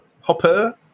Hopper